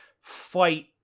fight